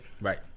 Right